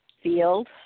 field